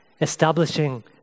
establishing